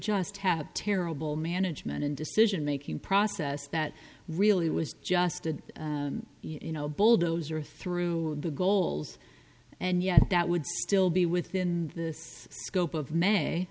just have terrible management and decision making process that really was just you know a bulldozer through the goals and that would still be within this scope of may